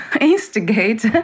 instigate